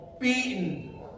beaten